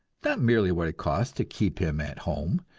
not merely what it costs to keep him at home,